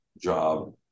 job